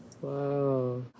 Wow